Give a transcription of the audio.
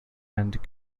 and